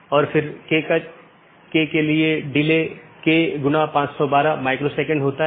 तो autonomous system या तो मल्टी होम AS या पारगमन AS हो सकता है